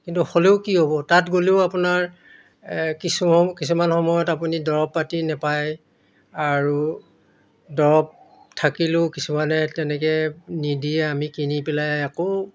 কিন্তু হ'লেও কি হ'ব তাত গ'লেও আপোনাৰ কিছুমান সময়ত আপুনি দৰৱ পাতি নাপায় আৰু দৰৱ থাকিলেও কিছুমানে তেনেকৈ নিদিয়ে আমি কিনি পেলাই আকৌ